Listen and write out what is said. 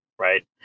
Right